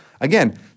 again